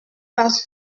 pas